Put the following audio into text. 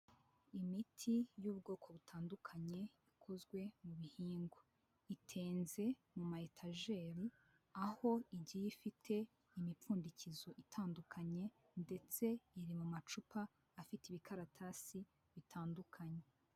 Imiti y'ubwoko butandukanye ikozwe mu bihingwa, itenze mu mayetajeri, aho igiye ifite imipfundikizo itandukanye ndetse iri mu macupa afite ibikaratasi bitandukanye.